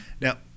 Now